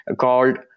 called